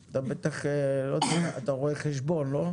אתה רואה חשבון, לא?